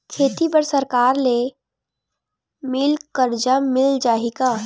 खेती बर सरकार ले मिल कर्जा मिल जाहि का?